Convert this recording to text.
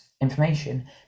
Information